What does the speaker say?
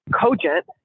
cogent